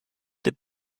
the